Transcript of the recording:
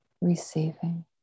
Receiving